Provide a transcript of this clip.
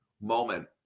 moment